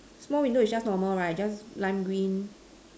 small window is just normal right just lime green